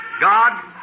God